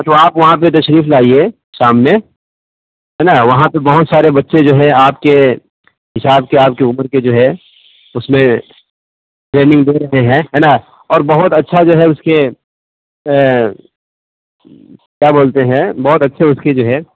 تو آپ وہاں پہ تشریف لائیے شام میں ہے نا وہاں پہ بہت سارے بچے جو ہے آپ کے حساب کے آپ کے عمر کے جو ہے اس میں ٹریننگ دے رہے ہیں ہے نا اور بہت اچھا جو ہے اس کے کیا بولتے ہیں بہت اچھے اس کے جو ہے